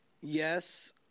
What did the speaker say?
Yes